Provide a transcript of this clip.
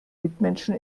mitmenschen